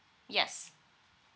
yes